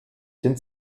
sind